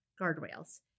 guardrails